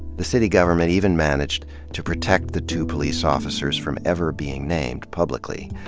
the city government even managed to protect the two police officers from ever being named publicly.